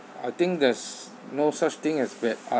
I think there's no such thing as bad art